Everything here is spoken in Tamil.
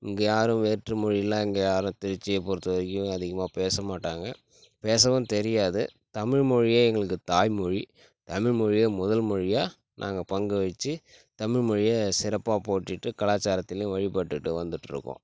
இங்கே யாரும் வேற்றுமொழியெலாம் இங்கே யாரும் திருச்சியை பொறுத்தவரைக்கும் அதிகமாக பேச மாட்டாங்கள் பேசவும் தெரியாது தமிழ் மொழியே எங்களுக்கு தாய் மொழி தமிழ் மொழியே முதல் மொழியாக நாங்கள் பங்குவகிச்சு தமிழ் மொழியே சிறப்பாக போற்றிட்டு கலாச்சாரத்திலும் வழிபட்டுகிட்டு வந்துகிட்டுருக்கோம்